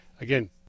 again